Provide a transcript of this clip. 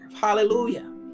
Hallelujah